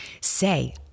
Say